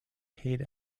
paid